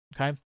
Okay